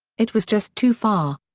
it was just too far.